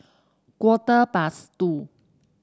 quarter past two